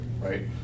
right